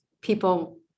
people